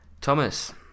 Thomas